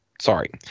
sorry